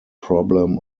problem